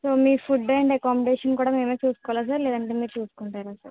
me food and accommodation కూడా మేమే చేసుకోవాలా సార్ లేదంటే మీరు చూసుకుంటారా సార్